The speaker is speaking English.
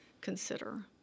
consider